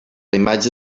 imatge